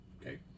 Okay